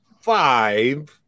five